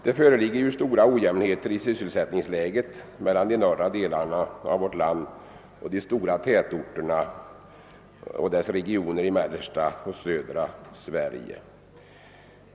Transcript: Det föreligger stora ojämnheter i sysselsättningsläget mellan de norra delarna av vårt land och de stora tätortsregionerna i mellersta och södra Sverige.